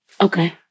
Okay